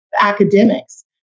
academics